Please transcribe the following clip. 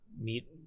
meet